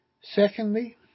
Secondly